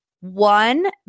One